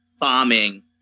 bombing